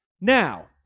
Now